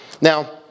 Now